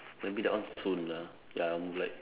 maybe that one soon lah ya I'm like